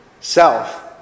self